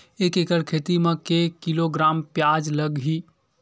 एक एकड़ खेती म के किलोग्राम प्याज लग ही?